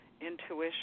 intuition